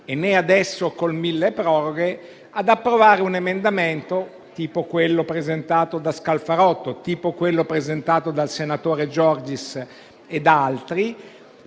né adesso con il milleproroghe, ad approvare un emendamento come quello presentato dal senatore Scalfarotto o quello presentato dal senatore Giorgis e da altri,